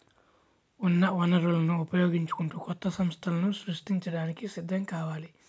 ఉన్న వనరులను ఉపయోగించుకుంటూ కొత్త సంస్థలను సృష్టించడానికి సిద్ధం కావాలి